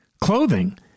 clothing